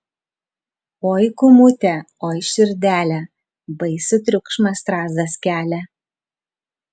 oi kūmute oi širdele baisų triukšmą strazdas kelia